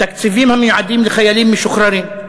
תקציבים המיועדים לחיילים משוחררים.